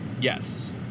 Yes